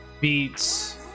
beats